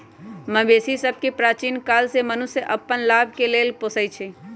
मवेशि सभके प्राचीन काले से मनुष्य अप्पन लाभ के लेल पोसइ छै